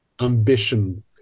ambition